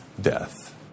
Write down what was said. death